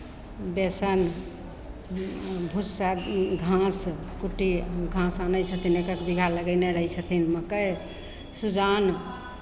बेसन भुस्सा घास कुट्टी घास आनै छथिन एक एक बीघा लगयने रहै छथिन मक्कइ सुजान